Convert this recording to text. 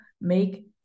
make